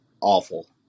awful